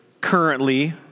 currently